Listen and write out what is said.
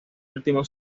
último